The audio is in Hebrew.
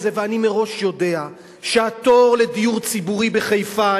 ואני מראש יודע שהתור לדיור ציבורי בחיפה,